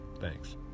Thanks